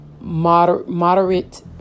moderate